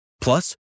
plus